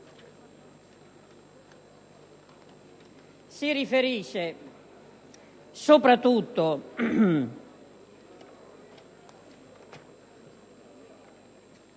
si riferisce soprattutto